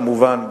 כמובן,